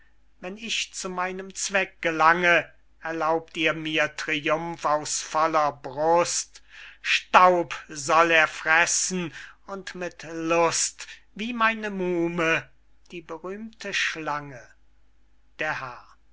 wenn ich zu meinem zweck gelange erlaubt ihr mir triumph aus voller brust staub soll er fressen und mit lust wie meine muhme die berühmte schlange der herr